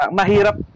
mahirap